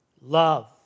love